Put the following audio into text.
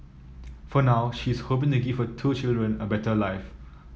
for now she is hoping to give her two children a better life